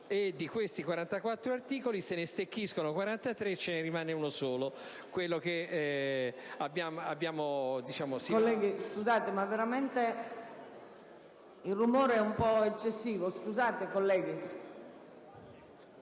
e di questi 44 articoli se ne "stecchiscono" 43 e ce ne rimane uno solo,